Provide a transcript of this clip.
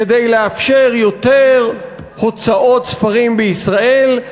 כדי לאפשר יותר הוצאות ספרים בישראל,